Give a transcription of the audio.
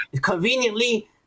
Conveniently